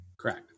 Correct